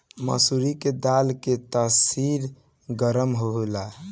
मसूरी के दाल के तासीर गरम होला